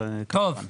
אני